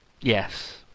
Yes